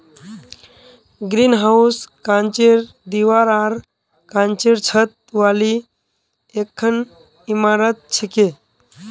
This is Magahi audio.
ग्रीनहाउस कांचेर दीवार आर कांचेर छत वाली एकखन इमारत छिके